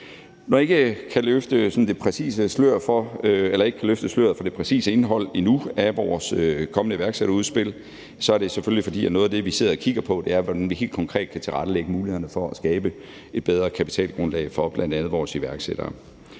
Når jeg endnu ikke kan løfte sløret for det præcise indhold af vores kommende iværksætterudspil, er det selvfølgelig, fordi noget af det, vi sidder og kigger på, er, hvordan vi helt konkret kan tilrettelægge mulighederne for at skabe et bedre kapitalgrundlag for bl.a. vores iværksættere.